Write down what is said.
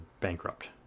bankrupt